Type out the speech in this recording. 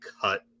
cut